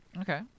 Okay